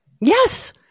Yes